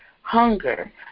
hunger